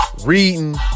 Reading